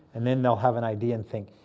and then they'll have an idea and think,